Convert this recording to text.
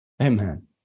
Amen